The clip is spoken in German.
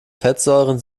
fettsäuren